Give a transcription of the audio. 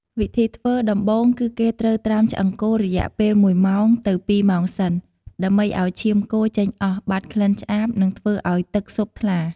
វិធីធ្វើ ដំបូងគឺគេត្រូវត្រាំឆ្អឹងគោរយៈពេលមួយម៉ោងទៅពីរម៉ោងសិន ដើម្បីឱ្យឈាមគោចេញអស់ បាត់ក្លិនឆ្អាប និងធ្វើឱ្យទឹកស៊ុបថ្លា។